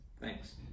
Thanks